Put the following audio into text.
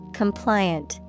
compliant